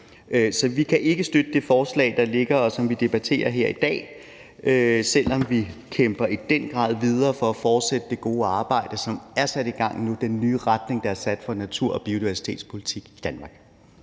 Så vi kan ikke støtte det forslag, der ligger her, og som vi debatterer i dag, selv om vi i den grad kæmper videre for at fortsætte det gode arbejde, som er sat i gang nu – den nye retning, der er sat for natur- og biodiversitetspolitik i Danmark.